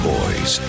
Boys